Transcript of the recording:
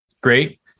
great